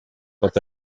quant